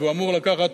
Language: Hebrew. והוא אמור לקחת